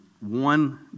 one